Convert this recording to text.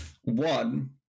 One